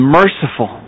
merciful